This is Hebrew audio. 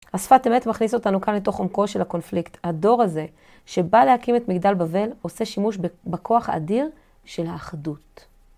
השפת אמת מכניס אותנו כאן לתוך עומקו של הקונפליקט, הדור הזה שבא להקים את מגדל בבל עושה שימוש בכוח האדיר של האחדות.